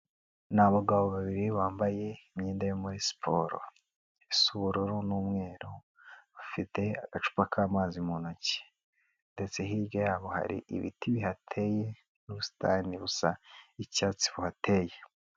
Ni abagabo babiri bambaye imyenda yo muri siporo isa ubururu n'umweru, bafite agacupa k'amazi mu ntoki ndetse hirya yabo hari ibiti bihateye n'ubusitani busa icyatsi buhateye.